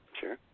Sure